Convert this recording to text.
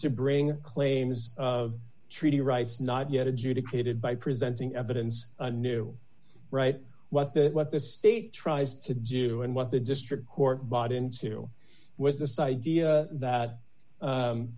subring claims of treaty rights not yet adjudicated by presenting evidence a new right what the what the state tries to do and what the district court bought into with this idea that